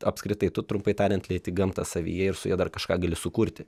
apskritai tu trumpai tariant lieti gamtą savyje ir su ja dar kažką gali sukurti